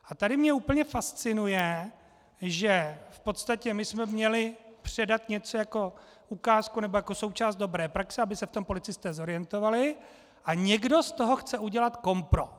A tady mě úplně fascinuje, že v podstatě my jsme měli předat něco jako ukázku nebo jako součást dobré praxe, aby se v tom policisté zorientovali, a někdo z toho chce udělat kompro.